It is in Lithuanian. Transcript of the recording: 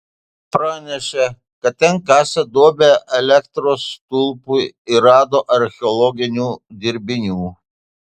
pranešė kad ten kasė duobę elektros stulpui ir rado archeologinių dirbinių